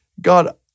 God